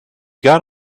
got